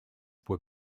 were